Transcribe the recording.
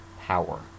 power